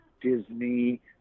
Disney